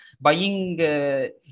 buying